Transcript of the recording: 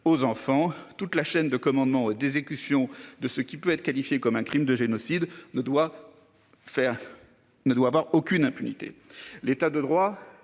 aux enfants toute la chaîne de commandement, des écussons de ce qui peut être qualifiée comme un Crime de génocide ne doit. Faire ne doit avoir aucune impunité. L'État de droit.